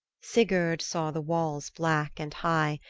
sigurd saw the walls black, and high,